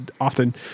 Often